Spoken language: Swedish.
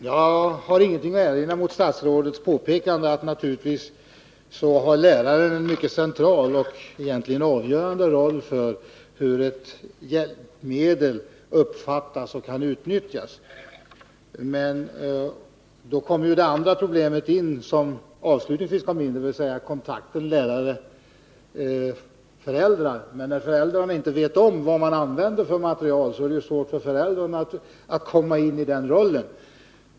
Herr talman! Jag har ingenting att erinra mot statsrådets påpekande att läraren naturligtvis har en mycket central och egentligen avgörande roll när det gäller hur ett hjälpmedel uppfattas och kan utnyttjas. Men då kommer det andra problem in som statsrådet avslutningsvis berörde, dvs. kontakten mellan lärare och föräldrar. Men när föräldrarna inte vet vad man använder för material, är det svårt för dem att komma in i den rollen.